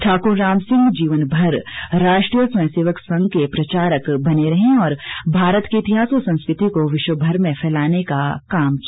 ठाकुर रामसिंह जीवनभर राष्ट्रीय स्वयंसेवक संघ के प्रचारक बने रहे और भारत के इतिहास व संस्कृति को विश्वभर में फैलाने का काम किया